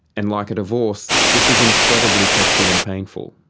and like a divorce, this is incredibly costly and painful.